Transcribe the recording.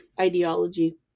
ideology